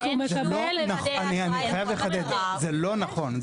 הוא מקבל --- זה לא נכון.